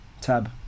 tab